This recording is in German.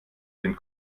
den